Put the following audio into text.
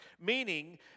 Meaning